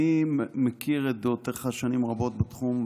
אני מכיר את דעותיך שנים רבות בתחום,